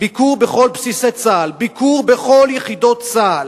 "ביקור בכל יחידות צה"ל",